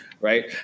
Right